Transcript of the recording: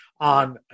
on